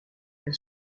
elle